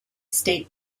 state